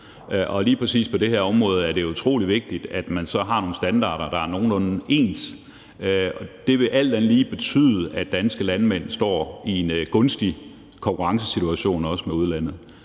Og lige præcis på det her område er det utrolig vigtigt, at man har nogle standarder, der er nogenlunde ens. Det vil alt andet lige betyde, at danske landmænd står i en gunstig konkurrencesituation i forhold til udlandet.